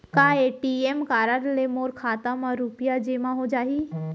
का ATM card ले मोर खाता म रुपिया जेमा हो जाही?